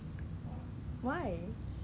but okay lah 有好有坏 lah